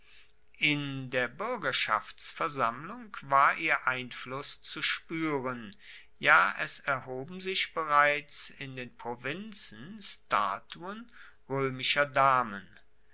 in der buergerschaftsversammlung war ihr einfluss zu spueren ja es erhoben sich bereits in den provinzen statuen roemischer damen